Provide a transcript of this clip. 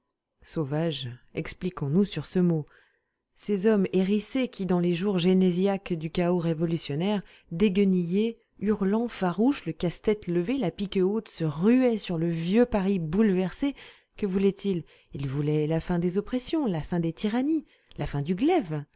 sauvages expliquons-nous sur ce mot ces hommes hérissés qui dans les jours génésiaques du chaos révolutionnaire déguenillés hurlants farouches le casse-tête levé la pique haute se ruaient sur le vieux paris bouleversé que voulaient-ils ils voulaient la fin des oppressions la fin des tyrannies la fin du glaive